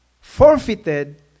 forfeited